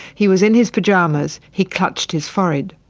he was in his pyjamas, he clutched his forehead.